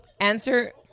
Answer